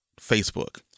Facebook